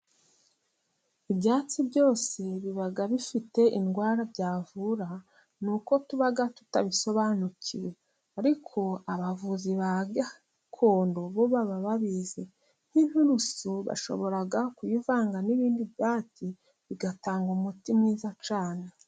Ibyatsi byose biba bifite indwara byavura ni uko tuba tutabisobanukiwe, ariko abavuzi ba gakondo bo baba babizi, nk'inturusu bashobora kuyivanga n'ibindi byatsi bigatanga umuti mwiza cyane.